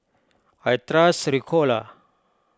I trust Ricola